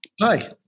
Hi